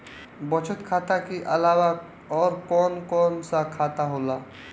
बचत खाता कि अलावा और कौन कौन सा खाता होला?